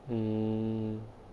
mm